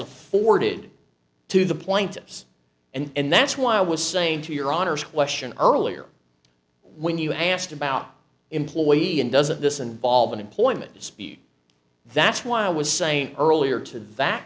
afforded to the plaintiffs and that's why i was saying to your honor's question earlier when you asked about employee and doesn't this involve an employment speed that's why i was saying earlier to th